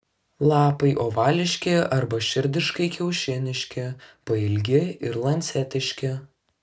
lapai ovališki arba širdiškai kiaušiniški pailgi ir lancetiški